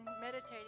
meditating